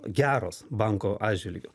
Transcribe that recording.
geros banko atžvilgiu